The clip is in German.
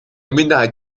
minderheit